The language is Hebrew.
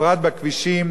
בפרט בכבישים,